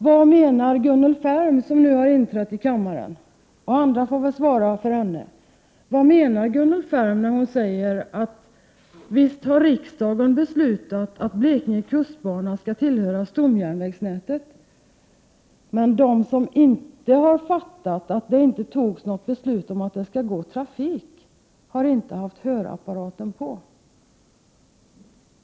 Vad menar Gunnel Färm — som nu har inträtt i kammaren — när hon säger att visst har riksdagen beslutat att Blekinge kustbana skall tillhöra stomjärnvägsnätet, men att de som inte har förstått att det inte togs något beslut om att det skall gå trafik där inte har haft hörapparaten på?